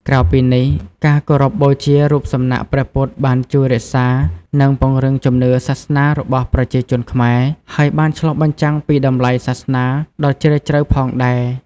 ក្រៅពីនេះ ការគោរពបូជារូបសំណាកព្រះពុទ្ធបានជួយរក្សានិងពង្រឹងជំនឿសាសនារបស់ប្រជាជនខ្មែរ ហើយបានឆ្លុះបញ្ចាំងពីតម្លៃសាសនាដ៏ជ្រាលជ្រៅផងដែរ។